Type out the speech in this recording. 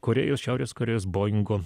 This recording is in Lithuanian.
korėjos šiaurės korėjos boingo